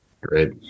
Great